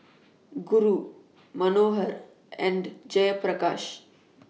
Guru Manohar and Jayaprakash